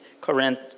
Corinth